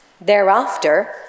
Thereafter